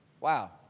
Wow